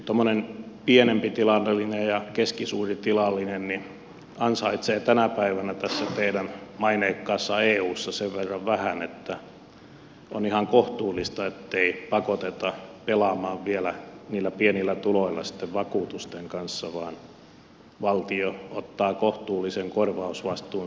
kyllä tuommoinen pienempitilallinen ja keskisuuritilallinen ansaitsevat tänä päivänä tässä teidän maineikkaassa eussa sen verran vähän että on ihan kohtuullista ettei pakoteta pelaamaan vielä niillä pienillä tuloilla sitten vakuutusten kanssa vaan valtio ottaa kohtuullisen kor vausvastuun satovahingoista